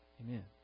Amen